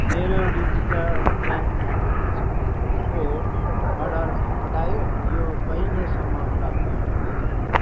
मेरो डिटरजेन्ट्सको अर्डर पठाइयो यो कहिलेसम्म प्राप्त हुनेछ